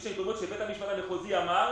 ובית המשפט המחוזי אמר,